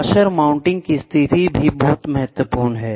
washer mounting की स्थिति भी बहुत महत्वपूर्ण है